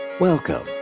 Welcome